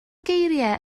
geiriau